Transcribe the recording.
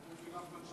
לא אני?